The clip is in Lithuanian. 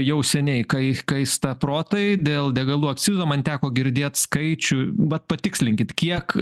jau seniai kai kaista protai dėl degalų akcizo man teko girdėt skaičių vat patikslinkit kiek